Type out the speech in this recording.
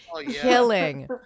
Killing